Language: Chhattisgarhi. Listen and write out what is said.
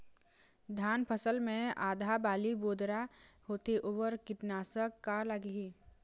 धान फसल मे आधा बाली बोदरा होथे वोकर कीटनाशक का लागिही?